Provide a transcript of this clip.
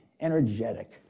energetic